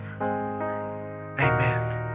amen